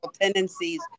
tendencies